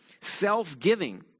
self-giving